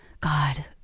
God